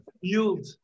field